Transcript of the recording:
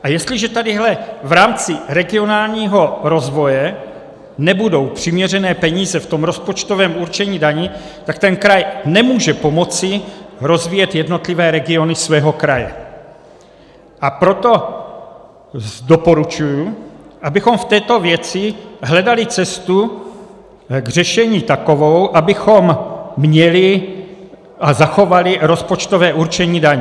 A jestliže tady v rámci regionálního rozvoje nebudou přiměřené peníze v rozpočtovém určení daní, tak ten kraj nemůže pomoci rozvíjet jednotlivé regiony svého kraje, a proto doporučuji, abychom v této věci hledali takovou cestu k řešení, abychom měli a zachovali rozpočtové určení daní.